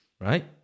right